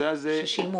ברמה התיאורטית,